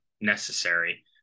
necessary